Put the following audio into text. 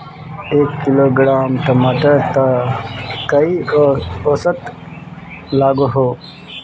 एक किलोग्राम टमाटर त कई औसत लागोहो?